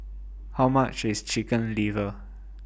How much IS Chicken Liver